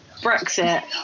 Brexit